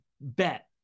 bet